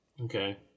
okay